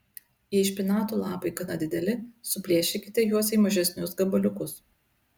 jei špinatų lapai gana dideli suplėšykite juos į mažesnius gabaliukus